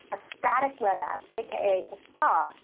a static web app, aka a spa,